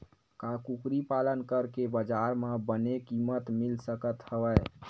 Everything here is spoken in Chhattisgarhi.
का कुकरी पालन करके बजार म बने किमत मिल सकत हवय?